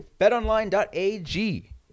betonline.ag